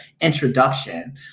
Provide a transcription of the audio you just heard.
introduction